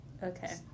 Okay